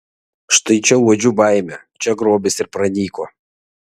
štai čia uodžiu baimę čia grobis ir pranyko